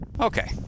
Okay